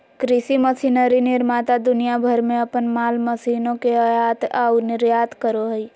कृषि मशीनरी निर्माता दुनिया भर में अपन माल मशीनों के आयात आऊ निर्यात करो हइ